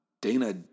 Dana